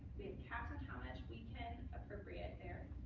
caps on how much we can appropriate, there.